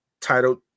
titled